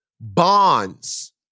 bonds